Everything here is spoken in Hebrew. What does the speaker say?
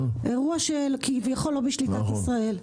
אירוע שכביכול לא בשליטת ישראל.